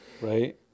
Right